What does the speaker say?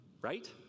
right